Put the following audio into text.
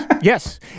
yes